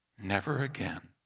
never again,